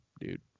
dude